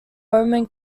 roman